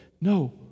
no